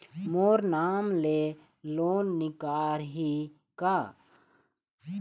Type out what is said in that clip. मोर नाम से लोन निकारिही का?